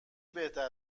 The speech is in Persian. بهتر